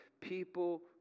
people